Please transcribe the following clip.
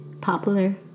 popular